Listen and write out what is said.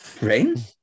Rain